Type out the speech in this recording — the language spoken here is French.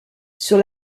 sur